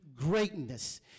Greatness